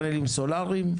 סולריים,